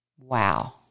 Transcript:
Wow